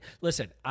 listen